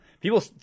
People